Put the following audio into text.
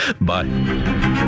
Bye